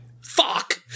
fuck